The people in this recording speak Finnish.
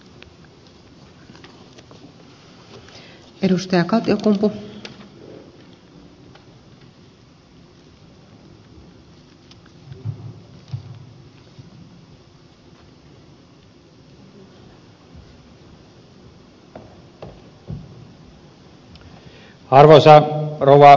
arvoisa rouva puhemies